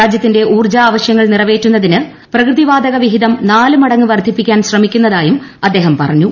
രാജ്യത്തിന്റെ ഊർജ ആവശ്യങ്ങൾ നിറവേറ്റുന്നതിന് പ്രകൃതി വാതക വിഹിതം നാല് മടങ്ങ് വർദ്ധിപ്പിക്കാൻ ശ്രമിക്കുന്നതായും അദ്ദേഹം പറഞ്ഞു